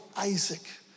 Isaac